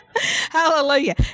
Hallelujah